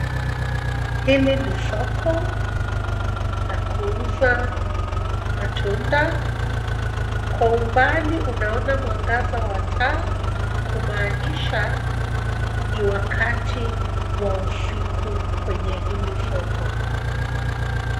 Hili ni soko, la kuuza matunda, kwa umbali unaona mwangaza wa taa, kumaanisha, ni wakati wa usiku kwenye hili soko.